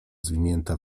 zwinięta